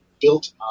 built